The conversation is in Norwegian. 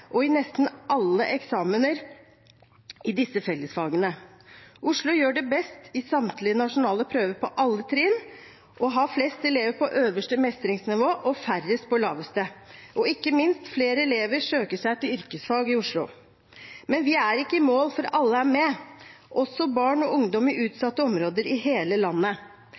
og i nesten alle eksamener i disse fellesfagene. Oslo gjør det best i samtlige nasjonale prøver på alle trinn og har flest elever på øverste mestringsnivå og færrest på laveste. Og ikke minst: Flere elever søker seg til yrkesfag i Oslo. Men vi er ikke i mål før alle er med – også barn og ungdom i utsatte områder i hele landet.